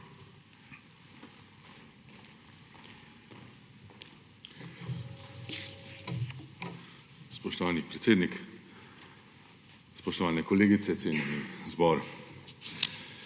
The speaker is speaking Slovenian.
Spoštovani predsednik, spoštovane kolegice, cenjeni zbor!